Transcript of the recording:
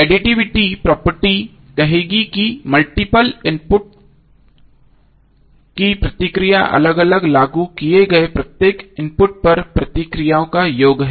additivity property कहेगी कि multiple inputs की प्रतिक्रिया अलग अलग लागू किए गए प्रत्येक इनपुट पर प्रतिक्रियाओं का योग है